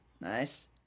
Nice